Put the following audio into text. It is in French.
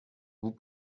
vous